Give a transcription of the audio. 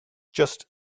just